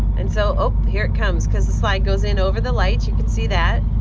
and so, oh, here it comes cause the slide goes in over the light, you can see that.